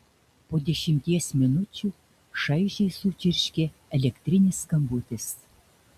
po dešimties minučių šaižiai sučirškė elektrinis skambutis